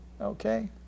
Okay